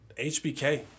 HBK